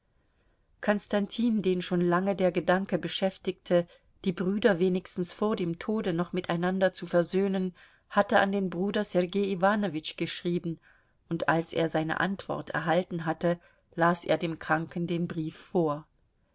konstantin den schon lange der gedanke beschäftigte die brüder wenigstens vor dem tode noch miteinander zu versöhnen hatte an den bruder sergei iwanowitsch geschrieben und als er seine antwort erhalten hatte las er dem kranken den brief vor